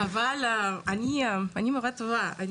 אבל אני מורה טובה.